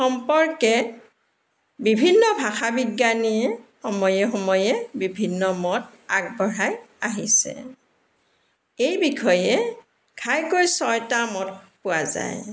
সম্পৰ্কে বিভিন্ন ভাষাবিজ্ঞানীয়ে সময়ে সময়ে বিভিন্ন মত আগবঢ়াই আহিছে এই বিষয়ে ঘাইকৈ ছয়টা মত পোৱা যায়